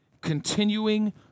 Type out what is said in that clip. continuing